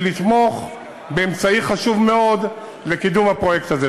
לתמוך באמצעי חשוב מאוד לקידום הפרויקט הזה.